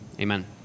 Amen